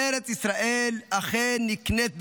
ארץ ישראל אכן נקנית בייסורים.